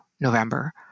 November